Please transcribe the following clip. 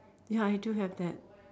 ya I do have that